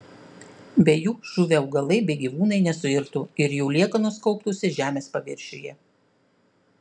be jų žuvę augalai bei gyvūnai nesuirtų ir jų liekanos kauptųsi žemės paviršiuje